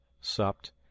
supped